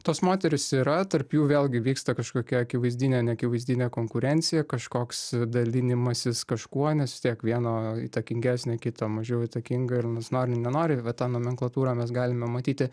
tos moterys yra tarp jų vėlgi vyksta kažkokia akivaizdinė neakivaizdinė konkurencija kažkoks dalinimasis kažkuo nes vis tiek vieno įtakingesnė kito mažiau įtakinga ir nors nori nenori bet tą nomenklatūrą mes galime matyti